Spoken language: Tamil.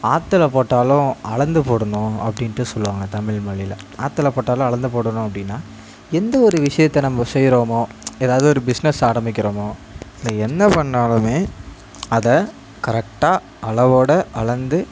ஆற்றில போட்டாலும் அளந்து போடணும் அப்படின்ட்டு சொல்வாங்க தமிழ் மொழியில் ஆற்றில போட்டாலும் அளந்து போடணும் அப்படினா எந்த ஒரு விஷயத்த நம்ம செய்கிறோமோ எதாவது ஒரு பிஸ்னஸ் ஆரம்பிக்கிறமோ இல்லை என்ன பண்ணாலும் அதை கரெக்டாக அளவோட அளந்து